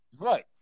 Right